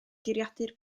geiriadur